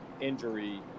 injury